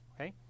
Okay